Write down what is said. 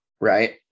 Right